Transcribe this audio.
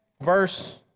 verse